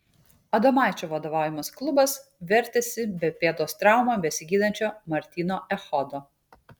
adomaičio vadovaujamas klubas vertėsi be pėdos traumą besigydančio martyno echodo